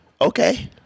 okay